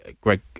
Greg